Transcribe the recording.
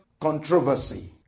controversy